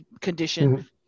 condition